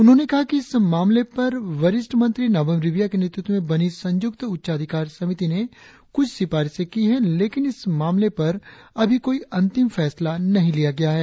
उन्होंने कहा कि इस मामले पर वरिष्ठ मंत्री नाबम रिबिया के नेतृत्व में बनी संयुक्त उच्चाधिकार समिति ने कुछ सिफारिशों की हैं लेकिन इस मामले पर अभी कोई अंतिम फैसला नहीं लिया गया है